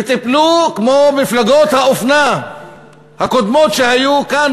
ותיפלו כמו מפלגות האופנה הקודמות שהיו כאן,